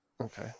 Okay